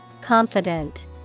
Confident